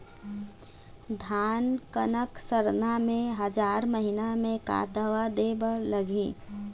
धान कनक सरना मे हजार महीना मे का दवा दे बर लगही?